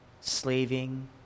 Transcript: slaving